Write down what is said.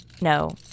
No